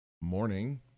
morning